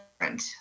different